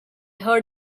heard